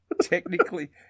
Technically